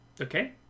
Okay